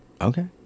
Okay